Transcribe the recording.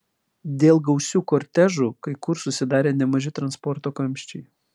dėl gausių kortežų kai kur susidarė nemaži transporto kamščiai